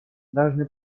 должны